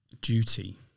duty